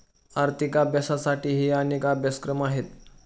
आर्थिक अभ्यासासाठीही अनेक अभ्यासक्रम आहेत